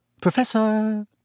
Professor